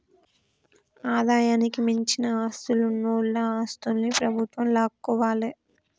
ఆదాయానికి మించిన ఆస్తులున్నోల ఆస్తుల్ని ప్రభుత్వం లాక్కోవాలే